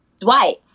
Dwight